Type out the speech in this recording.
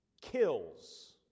kills